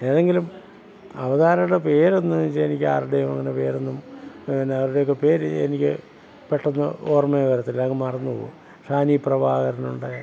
ഏതെങ്കിലും അവതാരകരുടെ പേര് എന്ന് വെച്ചാൽ എനിക്ക് അങ്ങനെ ആരുടെയും പേരൊന്നും പിന്നെ അവരുടെ ഒക്കെ പേര് എനിക്ക് പെട്ടെന്ന് ഓർമ്മ വരില്ല അങ്ങ് മറന്നുപോകും ഷാനി പ്രഭാകരനുണ്ട്